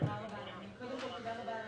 היום ה-7 לדצמבר, 2020, כ"א בכסלו תשפ"א.